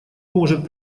может